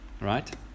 Right